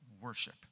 worship